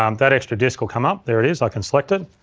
um that extra disk will come up. there it is, i can select it.